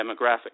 demographic